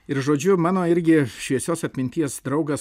ir žodžiu mano irgi šviesios atminties draugas